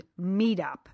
meetup